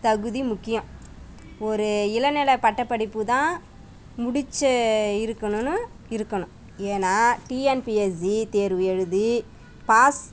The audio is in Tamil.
தகுதி முக்கியம் ஒரு இளநிலை பட்டப்படிப்பு தான் முடிச்சு இருக்கணும்னு இருக்கணும் ஏன்னா டிஎன்பிஎஸ்சி தேர்வு எழுதி பாஸ்